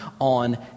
on